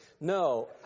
no